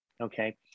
Okay